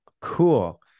Cool